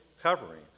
covering